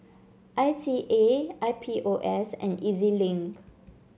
I C A I P O S and E Z Link